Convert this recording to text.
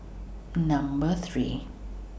Number three